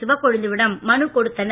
சிவக்கொழுந்து விடம் மனு கொடுத்துள்ளனர்